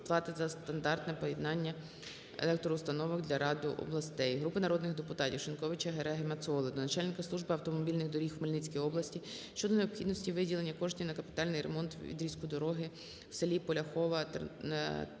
плати за стандартне приєднання електроустановок для ряду областей. Групи народних депутатів (Шиньковича, Гереги, Мацоли) до начальника Служби автомобільних доріг у Хмельницькій області щодо необхідності виділення коштів на капітальний ремонт відрізку дороги у селі Поляхова Теофіпольського